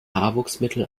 haarwuchsmittel